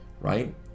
right